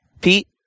Pete